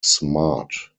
smart